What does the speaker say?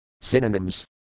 Synonyms